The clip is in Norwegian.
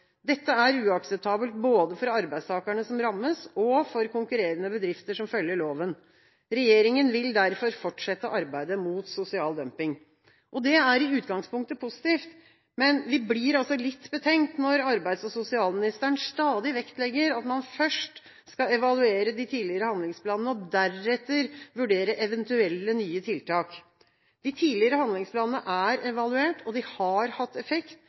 Dette er uakseptabelt, både for arbeidstakerne som rammes og for konkurrerende bedrifter som følger loven. Regjeringen vil derfor fortsette arbeidet mot sosial dumping.» Det er i utgangspunktet positivt, men vi blir litt betenkt når arbeids- og sosialministeren stadig vektlegger at man først skal evaluere de tidligere handlingsplanene og deretter vurdere eventuelle nye tiltak. De tidligere handlingsplanene er evaluert, og de har hatt effekt.